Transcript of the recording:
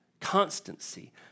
Constancy